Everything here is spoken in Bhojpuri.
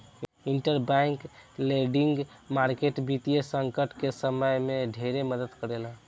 इंटरबैंक लेंडिंग मार्केट वित्तीय संकट के समय में ढेरे मदद करेला